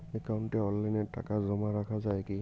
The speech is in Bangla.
একাউন্টে অনলাইনে টাকা জমা রাখা য়ায় কি?